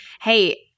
hey